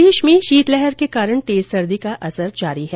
प्रदेश में शीतलहर के कारण तेज सर्दी का असर जारी है